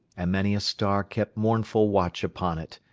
and many a star kept mournful watch upon it,